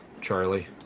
Charlie